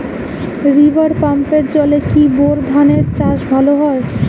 River পাম্পের জলে কি বোর ধানের চাষ ভালো হয়?